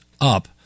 up